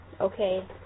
okay